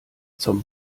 zum